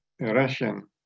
Russian